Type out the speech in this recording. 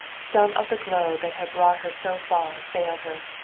some of the glow that had brought her so far failed her.